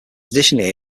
additionally